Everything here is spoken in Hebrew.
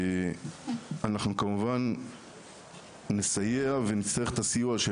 אנחנו כמובן נסייע ונצטרך את הסיוע של